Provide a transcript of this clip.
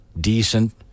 decent